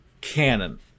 Canon